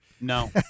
No